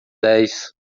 dez